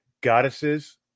goddesses